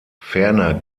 ferner